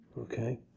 Okay